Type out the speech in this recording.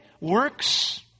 works